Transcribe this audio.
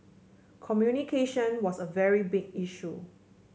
communication was a very big issue